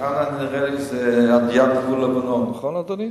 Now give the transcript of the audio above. רעננה זה על-יד גבול לבנון, נכון, אדוני?